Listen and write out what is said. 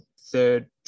third